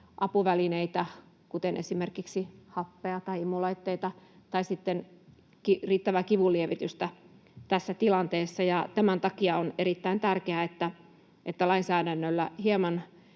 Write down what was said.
apuvälineitä, kuten esimerkiksi happea tai imulaitteita tai riittävää kivunlievitystä tässä tilanteessa. Tämän takia on erittäin tärkeää, että lainsäädännöllä hieman